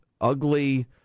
ugly